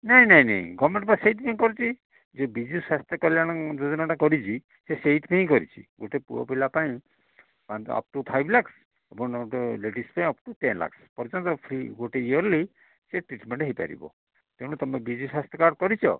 ନାହିଁ ନାହିଁ ନାହିଁ ଗଭର୍ନମେଣ୍ଟ ବା ସେଇଥିପାଇଁ କରିଛି ଯେ ବିଜୁ ସ୍ଵାସ୍ଥ୍ୟ କଲ୍ୟାଣ ଯୋଜନାଟା କରିଛି ସିଏ ସେଇଥିପାଇଁ କରିଛି ଗୋଟେ ପୁଅ ପିଲା ପାଇଁ ପାଞ୍ଚ ଅପ୍ ଟୁ ଫାଇଭ୍ ଲାକ୍ଷ୍ ଏବଂ ଗୋଟେ ଲେଡ଼ିସ୍ଙ୍କ ପାଇଁ ଅପ୍ ଟୁ ଟେନ୍ ଲାକ୍ଷ୍ସ୍ ପର୍ଯ୍ୟନ୍ତ ଫ୍ରୀ ଗୋଟେ ଇୟର୍ଲି ସେ ଟ୍ରୀଟମେଣ୍ଟ ହେଇପାରିବ ତେଣୁ ତୁମେ ବିଜୁ ସ୍ଵାସ୍ଥ୍ୟ କାର୍ଡ଼ କରିଛ